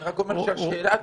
אני רק אומר שהשאלה הזאת,